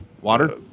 Water